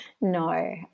no